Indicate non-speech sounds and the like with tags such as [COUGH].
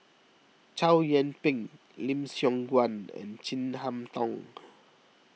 Chow Yian Ping Lim Siong Guan and Chin Harn Tong [NOISE]